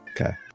okay